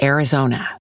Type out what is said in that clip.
Arizona